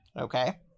Okay